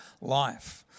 life